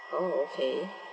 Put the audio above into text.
hmm oh okay